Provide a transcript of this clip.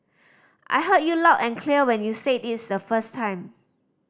I heard you loud and clear when you said is the first time